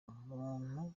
umuntu